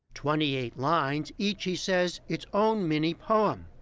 twenty eight lines, each, he says, its own mini-poem,